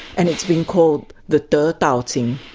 and it's been called the de dao jing.